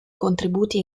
contributi